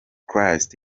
christ